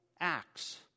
acts